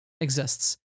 exists